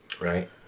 right